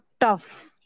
tough